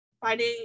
finding